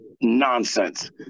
nonsense